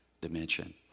dimension